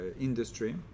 industry